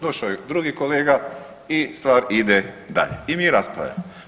Došao je drugi kolega i stvar ide dalje i mi raspravljamo.